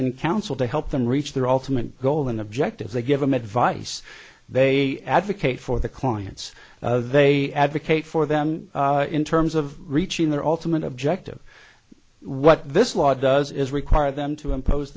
and counsel to help them reach their ultimate goal and objectives they give them advice they advocate for the clients they advocate for them in terms of reaching their ultimate objective what this law does is require them to impose